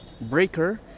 Breaker